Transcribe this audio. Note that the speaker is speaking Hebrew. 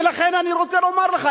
ולכן אני רוצה לומר לכם,